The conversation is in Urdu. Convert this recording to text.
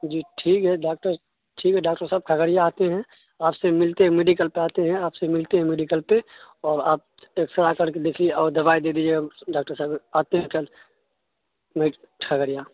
جی ٹھیک ہے ڈاکٹر ٹھیک ہے ڈاکٹر صاحب کھگڑیا آتے ہیں آپ سے ملتے ہیں میڈیکل پہ آتے ہیں آپ سے ملتے ہیں میڈیکل پہ اور آپ ایکسرا کر کے دیکھیے اور دوائی دے دیجیے گا ڈاکٹر صاحب آتے ہیں کل نہیں کھگڑیا